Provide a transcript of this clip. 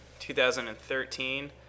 2013